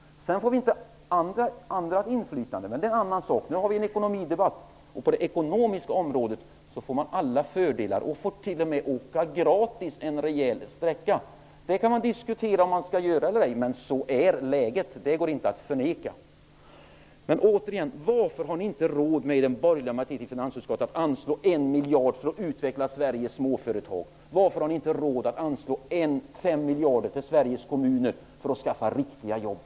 Vi får även ett annat inflytande, men det är en annan sak. På det ekonomiska området får vi alla fördelar och får t.o.m. åka gratis en rejäl sträcka. Sedan kan man diskutera om man skall göra det, men sådant är läget. Det går inte att förneka. Varför har den borgerliga majoriteten i finansutskottet inte råd med att anslå 1 miljard för att utveckla Sveriges småföretag? Varför har ni inte råd med att anslå 5 miljarder till Sveriges kommuner för att skapa riktiga jobb?